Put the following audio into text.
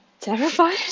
terrified